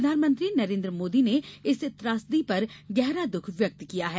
प्रधानमंत्री नरेंद्र मोदी ने इस त्रासदी पर गहरा दुख व्यक्त किया है